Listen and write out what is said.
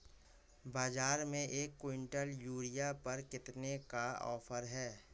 बाज़ार में एक किवंटल यूरिया पर कितने का ऑफ़र है?